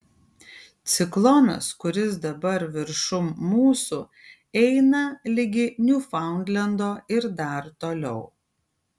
ciklonas kuris dabar viršum mūsų eina ligi niūfaundlendo ir dar toliau